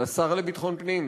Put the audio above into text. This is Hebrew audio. לשר לביטחון פנים,